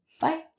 Bye